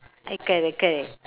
correct correct